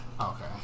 Okay